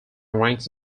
ranks